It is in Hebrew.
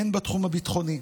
בתחום הביטחוני,